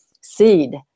seed